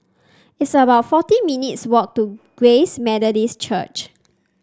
it's about forty minutes' walk to Grace Methodist Church